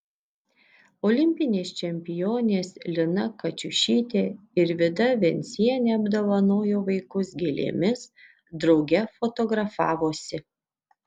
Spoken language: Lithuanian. olimpinės čempionės lina kačiušytė ir vida vencienė apdovanojo vaikus gėlėmis drauge fotografavosi